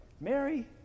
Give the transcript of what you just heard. Mary